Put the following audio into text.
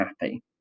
happy